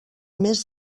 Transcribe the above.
més